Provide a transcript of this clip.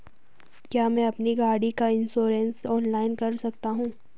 क्या मैं अपनी गाड़ी का इन्श्योरेंस ऑनलाइन कर सकता हूँ?